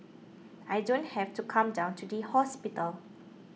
I don't have to come down to the hospital